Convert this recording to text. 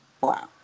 wow